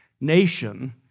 nation